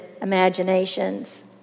imaginations